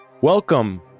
Welcome